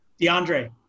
DeAndre